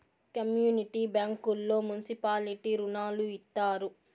community బ్యాంకుల్లో municipality రుణాలు ఇత్తారు